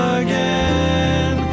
again